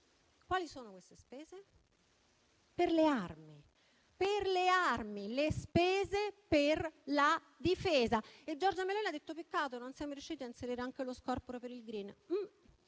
Quali sono queste spese? Quelle per le armi, le spese per la difesa. E Giorgia Meloni ha detto: peccato, non siamo riusciti a inserire anche lo scorporo per il *green*.